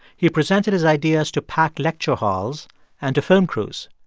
he presented his ideas to packed lecture halls and to film crews.